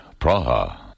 Praha